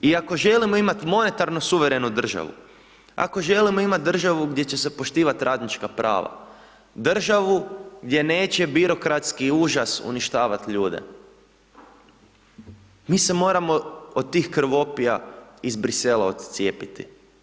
I ako želimo imati modernu suverenu državu, ako želimo imati državu gdje će se poštivati radnička prava, državu, gdje neće birokratski užas uništavati ljude, mi se moramo od tih krvopija iz Bruxellesa odcijepiti.